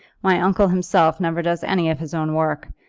my uncle himself never does any of his own work,